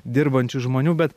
dirbančių žmonių bet